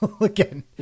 again